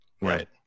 Right